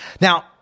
Now